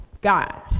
God